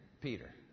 Peter